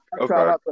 Okay